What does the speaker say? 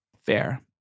Fair